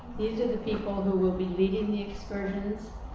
these are the people who will be leading the excursions